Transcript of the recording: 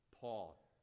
paul